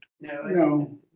No